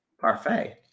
Parfait